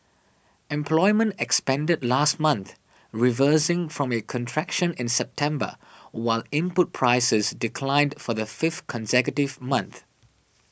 employment expanded last month reversing from a contraction in September while input prices declined for the fifth consecutive month